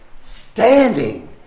Standing